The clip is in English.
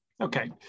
okay